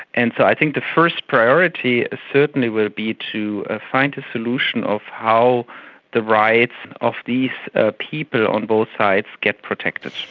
and so i think the first priority certainly will be to ah find a solution of how the rights of these ah people on both sides get protected.